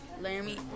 Laramie